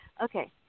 Okay